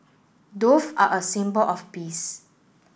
dove are a symbol of peace